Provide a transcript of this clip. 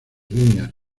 líneas